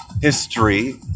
history